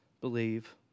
Believe